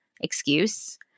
excuse